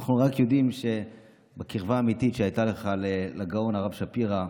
אנחנו יודעים שהקרבה האמיתית שהייתה לך לגאון הרב שפירא,